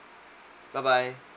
bye bye